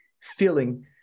feeling